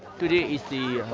today is the,